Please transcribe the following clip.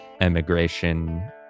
emigration